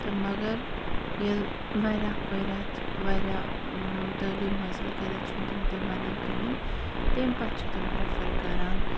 تہٕ مَگر ییٚلہِ واریاہ بٔرِتھ واریاہ تعلیٖم حٲصِل کٔرِتھ چھُ نہٕ تِمن بَنان کِہیٖنٛۍ تَمہِ پَتہٕ چھِ تِم پرٛیٚفر کران